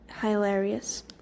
hilarious